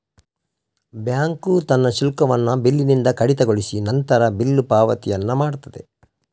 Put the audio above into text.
bank ತನ್ನ ಶುಲ್ಕವನ್ನ ಬಿಲ್ಲಿನಿಂದ ಕಡಿತಗೊಳಿಸಿ ನಂತರ ಬಿಲ್ಲು ಪಾವತಿಯನ್ನ ಮಾಡ್ತದೆ